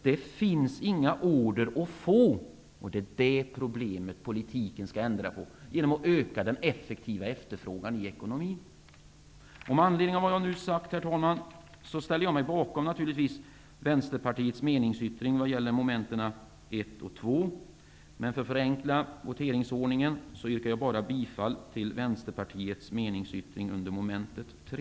Det finns inga order att få. Det är det problemet som politiken skall ändra på genom att öka den effektiva efterfrågan i ekonomin. Med anledning av vad jag nu sagt, herr talman, ställer jag mig naturligtvis bakom Vänsterpartiets meningsyttring vad gäller mom. 1 och 2, men för att förenkla voteringsordningen yrkar jag bifall endast till Vänsterpartiets meningsyttring under mom. 3.